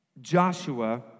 Joshua